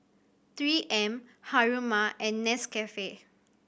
Three M Haruma and Nescafe